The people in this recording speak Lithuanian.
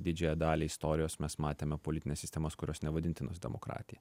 didžiąją dalį istorijos mes matėme politines sistemas kurios nevadintinos demokratija